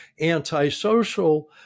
Antisocial